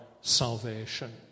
salvation